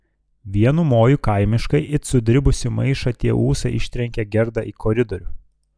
vienu moju kaimiškai it sudribusį maišą tie ūsai ištrenkė gerdą į koridorių